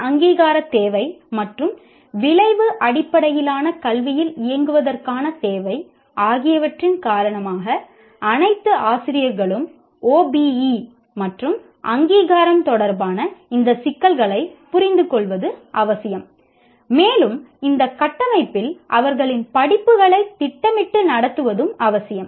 இந்த அங்கீகாரத் தேவை மற்றும் விளைவு அடிப்படையிலான கல்வியில் இயங்குவதற்கான தேவை ஆகியவற்றின் காரணமாக அனைத்து ஆசிரியர்களும் OBE மற்றும் அங்கீகாரம் தொடர்பான இந்த சிக்கல்களைப் புரிந்துகொள்வது அவசியம் மேலும் இந்த கட்டமைப்பில் அவர்களின் படிப்புகளைத் திட்டமிட்டு நடத்துவதும் அவசியம்